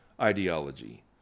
ideology